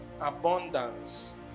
abundance